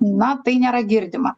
na tai nėra girdima